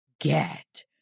get